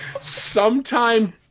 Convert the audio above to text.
Sometime